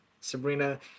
Sabrina